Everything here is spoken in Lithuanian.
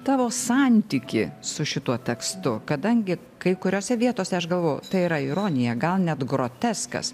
tavo santykį su šituo tekstu kadangi kai kuriose vietose aš galvoju tai yra ironija gal net groteskas